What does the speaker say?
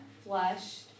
flushed